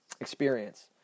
experience